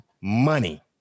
money